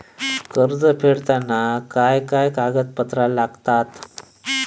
कर्ज फेडताना काय काय कागदपत्रा लागतात?